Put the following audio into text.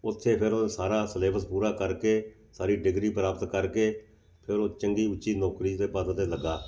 ਉੱਥੇ ਫਿਰ ਉਹ ਸਾਰਾ ਸਿਲੇਬਸ ਪੂਰਾ ਕਰਕੇ ਸਾਰੀ ਡਿਗਰੀ ਪ੍ਰਾਪਤ ਕਰਕੇ ਫਿਰ ਉਹ ਚੰਗੀ ਉੱਚੀ ਨੌਕਰੀ ਦੇ ਪਦ 'ਤੇ ਲੱਗਾ